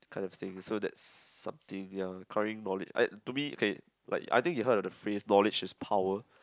kind of things so that's something ya acquiring knowledge I to me okay like I think you heard of the phrase knowledge is power